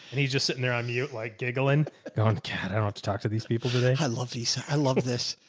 and he's just sitting there on mute, like giggling on cat. i don't have to talk to these people today. i love these. i love this.